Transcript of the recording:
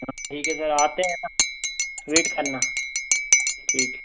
हाँ ठीक है सर आते हैं ना वेट करना ठीक हे